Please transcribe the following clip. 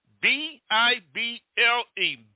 B-I-B-L-E